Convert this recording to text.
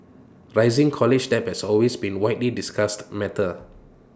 rising college debt has always been widely discussed matter